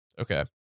Okay